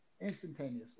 instantaneously